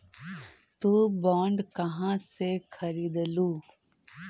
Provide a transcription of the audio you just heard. तु बॉन्ड कहा से खरीदलू?